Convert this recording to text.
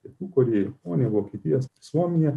pietų korėja japonija vokietija suomija